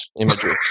imagery